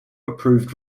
approved